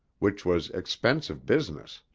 which was expensive business.